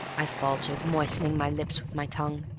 i faltered, moistening my lips with my tongue.